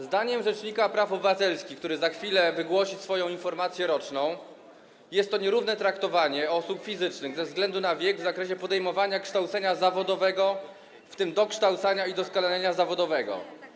Zdaniem rzecznika praw obywatelskich, który za chwilę wygłosi swoją informację roczną, jest to nierówne traktowanie osób fizycznych ze względu na wiek w zakresie podejmowania kształcenia zawodowego, w tym dokształcania i doskonalenia zawodowego.